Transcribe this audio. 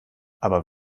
aber